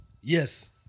Yes